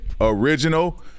original